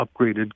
upgraded